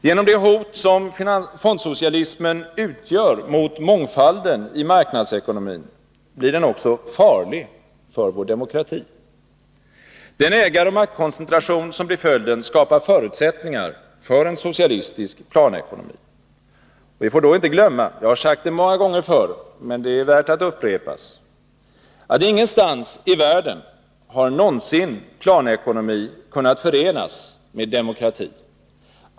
Genom det hot som fondsocialismen utgör mot mångfalden i marknadsekonomin blir den också farlig för vår demokrati. Den ägaroch maktkoncentration som blir följden skapar förutsättningar för en socialistisk planekonomi. Vi får då inte glömma — jag har sagt det många gånger förr, men det är värt att upprepas — att ingenstans i världen har någonsin planekonomi kunnat förenas med demokrati.